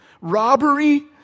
robbery